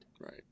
Right